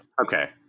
Okay